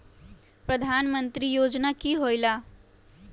प्रधान मंत्री योजना कि होईला?